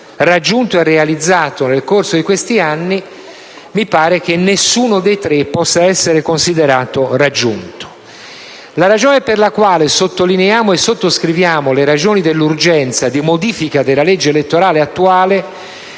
raggiunto e realizzato nel corso di questi anni, mi pare che nessuno dei tre possa essere considerato raggiunto. La ragione per la quale sottolineiamo e sottoscriviamo le ragioni dell'urgenza della modifica della legge elettorale attuale